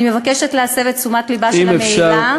אני מבקשת להסב את תשומת לבה של המליאה,